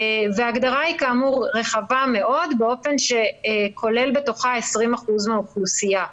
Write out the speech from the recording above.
ההגדרה כאמור רחבה מאוד באופן שכולל בתוכה 20% מהאוכלוסייה.